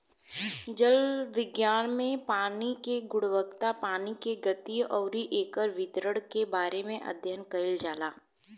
जल विज्ञान में पानी के गुणवत्ता पानी के गति अउरी एकर वितरण के बारे में अध्ययन कईल जाला